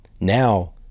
Now